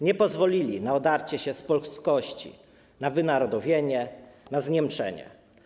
Nie pozwolili na odarcie się z polskości, wynarodowienie, zniemczenie.